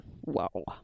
Whoa